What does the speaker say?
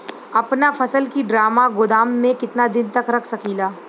अपना फसल की ड्रामा गोदाम में कितना दिन तक रख सकीला?